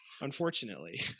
unfortunately